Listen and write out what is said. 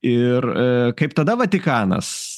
ir a kaip tada vatikanas